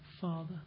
Father